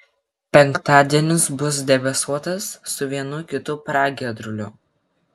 penktadienis bus debesuotas su vienu kitu pragiedruliu